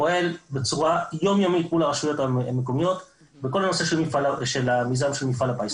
פועל באופן יומיומי מול הרשויות המקומיות בכל נושא המיזם של מפעל הפיס.